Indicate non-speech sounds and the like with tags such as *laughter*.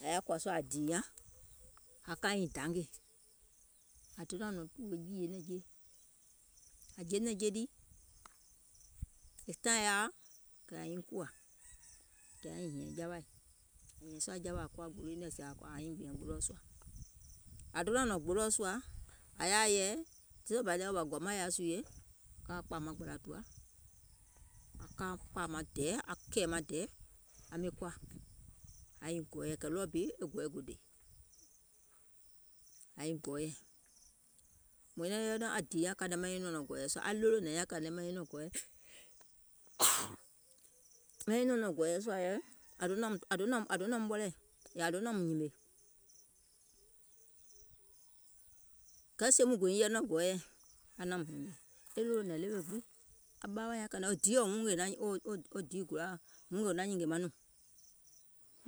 ȧŋ yaȧ kòȧ sùȧ aŋ dìì nyaŋ aŋ ka aŋ nyiŋ dangè, ȧŋ donȧŋ nɔ̀ŋ tùwò jììyè nɛ̀ŋje, ȧŋ jè nɛ̀ŋje lii e taìŋ yaȧo aŋ nyiŋ kùwȧ kɛ̀ àŋ nyiŋ hìȧŋ jawaì, ȧŋ nɔ̀ŋ hnȧŋ sùȧ jawaì ȧŋ kuwa gbolo nyiŋ nɔɔ̀ŋ ȧŋ kɔ̀à aŋ nyiŋ gbìȧŋ gboloɔ̀ sùȧ, ȧŋ donȧŋ nɔ̀ŋ gboloɔ̀ sùȧ, ȧŋ yaa yɛi, ɗɔɔ bà gɔ̀ȧ maŋ nɔ̀ŋ sulie, aŋ kpàà maŋ gbàlȧ tùwa, aŋ ka aŋ kpàȧ maŋ dɛɛ aŋ kȧ aŋ kɛ̀ɛ̀ maŋ dɛɛ aŋ miŋ koȧ aŋ nyiŋ gɔɔyɛ̀, kɛ̀ ɗɔɔ bi e gɔɛɛ gò dè aŋ nyiŋ gɔɔyɛ̀, mùŋ nyɛnɛŋ yɛi nɔŋ aŋ dìì nyaŋ kàìŋ nyaŋ maŋ nyiŋ nɔŋ gɔ̀ɔ̀yɛ̀ sùȧ, aŋ ɗolònɛ̀ŋ nyaŋ kȧìŋ nyaŋ maŋ nyiŋ nɔŋ gɔɔyɛ̀, *hesitation* ȧŋ do nȧum ɓɔlɛ̀ɛ̀, ȧŋ do nȧum nyìmè, kɛɛ sèè muŋ gò nyiŋ yɛi nɔŋ gɔɔyɛ̀, aŋ naȧum nyìmè, e ɗolònɛ̀ŋ ɗewe gbiŋ wo diìɔ aŋ ɓaawaa nyȧŋ kȧìŋ nyaŋ wo diìɔ ngèè, wo diì gòlaȧ, huŋ ngèè wò naŋ nyìngè maŋ nùùŋ,